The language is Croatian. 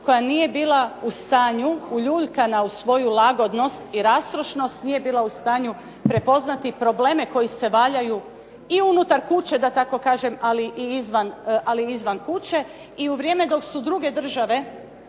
koja nije bila u stanju uljuljkanja u svoju lagodnost i rastrošnost, nije bila u stanju prepoznati probleme koji se valjaju i unutar kuće da tako kažem ali i izvan kuće i u vrijeme dok su druge države